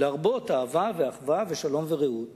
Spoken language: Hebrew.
להרבות אהבה ואחווה ושלום ורעות